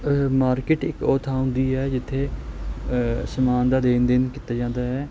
market ਇੱਕ ਉਹ ਥਾਂ ਹੁੰਦੀ ਹੈ ਜਿੱਥੇ ਸਮਾਨ ਦਾ ਦੇਣ ਦੇਣ ਕੀਤਾ ਜਾਂਦਾ ਹੈ